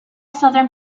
southern